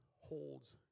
holds